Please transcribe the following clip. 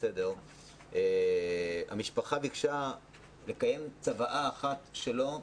בהצעה לסדר-היום המשפחה ביקשה לקיים צוואה אחת שלו,